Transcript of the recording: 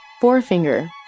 Forefinger